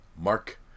Mark